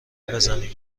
بزنی